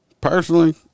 Personally